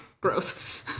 Gross